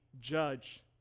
judge